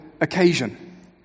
occasion